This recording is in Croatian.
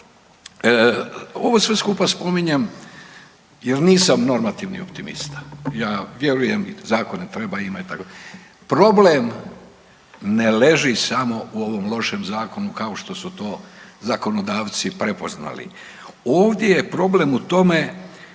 ovo sve skupa spominjem jer nisam normativni optimista. Ja vjerujem zakone treba imati itd. Problem ne leži samo u ovom lošem zakonu kao što su to zakonodavci prepoznali. Ovdje je problem u tome